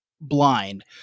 blind